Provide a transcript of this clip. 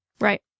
right